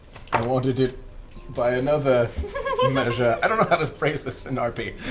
i wanted it by another measure. i don't know how to phrase this in rp.